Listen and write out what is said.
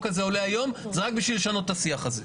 הזה עולה היום היא רק בשביל לשנות את השיח הזה.